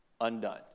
undone